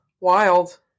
Wild